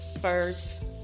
first